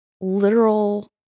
literal